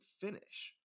finish